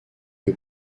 que